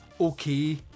okay